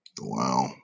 Wow